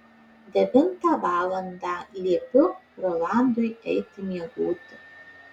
devintą valandą liepiu rolandui eiti miegoti